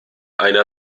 eine